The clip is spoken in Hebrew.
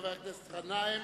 חבר הכנסת מסעוד גנאים,